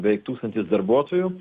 beveik tūkstantis darbuotojų